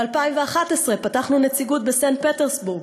ב-2011 פתחנו נציגות בסנט-פטרסבורג,